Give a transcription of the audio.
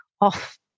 off